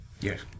Yes